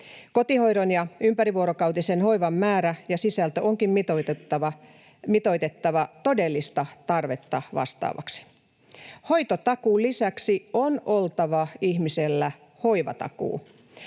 Kotihoidon ja ympärivuorokautisen hoivan määrä ja sisältö onkin mitoitettava todellista tarvetta vastaavaksi. Hoitotakuun lisäksi ihmisellä on oltava hoivatakuu.